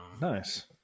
Nice